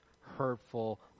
hurtful